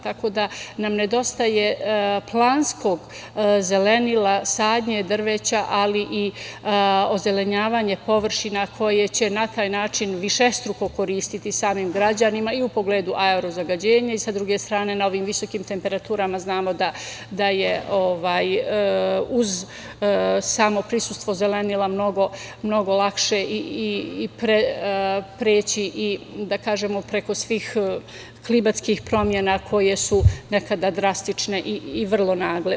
Tako da nam nedostaje planskog zelenila, sadnje drveća, ali i ozelenjavanje površina koje će na taj način višestruko koristiti samim građanima i u pogledu aerozagađenja i sa druge strane novim visokim temperaturama znamo da je uz samo prisustvo zelenila mnogo lakše preći preko svih klimatskih promena koje su nekada drastične i vrlo nagle.